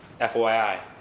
FYI